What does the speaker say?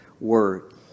word